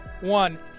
One